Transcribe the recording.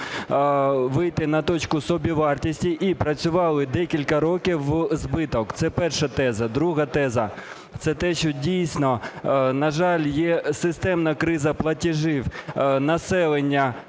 вийти на точку собівартості і працювали декілька років в збиток. Це перша теза. Друга теза – це те, що дійсно, на жаль, є системна криза платежів населення